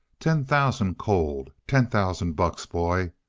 ten thousand cold. ten thousand bucks, boy.